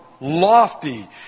lofty